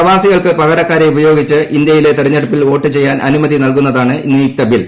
പ്രവാസികൾക്ക് പകരക്കാരെ ഉപയോഗിച്ച് ഇന്ത്യയിലെ തെരഞ്ഞെടുപ്പിൽ വോട്ട് ചെയ്യാൻ അനുമതി നൽകുന്നതാണ് നിയുക്ത ബിൽ